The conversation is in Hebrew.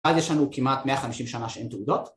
אז יש לנו כמעט 150 שנה שאין תעודות